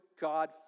God